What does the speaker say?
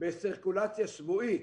בסירקולציה שבועית.